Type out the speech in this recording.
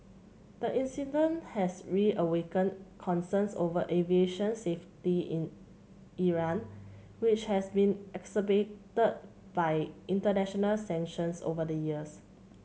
the incident has reawakened concerns over aviation safety in Iran which has been exacerbated by international sanctions over the years